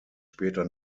später